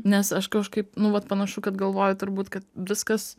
nes aš kažkaip nu vat panašu kad galvoju turbūt kad viskas